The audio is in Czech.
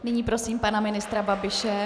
Nyní prosím pana ministra Babiše.